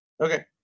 Okay